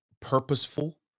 purposeful